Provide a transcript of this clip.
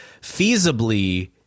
feasibly